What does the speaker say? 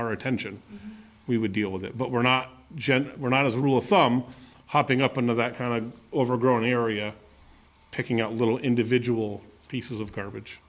our attention we would deal with it but we're not jen we're not as a rule of thumb hopping up into that kind of overgrown area picking out little individual pieces of garbage